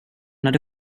hade